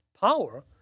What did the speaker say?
power